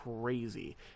crazy